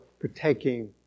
partaking